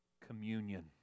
communion